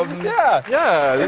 yeah. yeah.